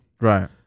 Right